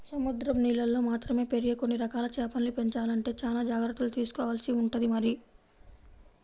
సముద్రం నీళ్ళల్లో మాత్రమే పెరిగే కొన్ని రకాల చేపల్ని పెంచాలంటే చానా జాగర్తలు తీసుకోవాల్సి ఉంటుంది మరి